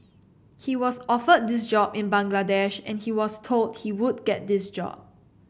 he was offered this job in Bangladesh and he was told he would get this job